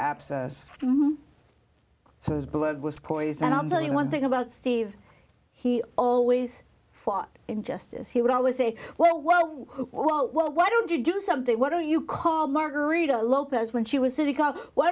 abscess so his blood was poison and i'll tell you one thing about steve he always fought injustice he would always say well well well well why don't you do something what do you call margarita lopez when she was sitting